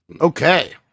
Okay